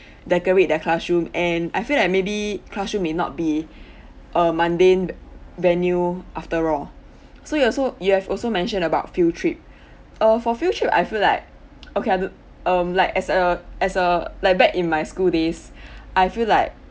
decorate their classroom and I feel like maybe classroom may not be a mundane ve~ venue after all so you also you have also mentioned about field trip uh for field trip I feel like okay I don't um like as a as a like back in my school days I feel like